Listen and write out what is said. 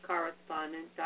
Correspondent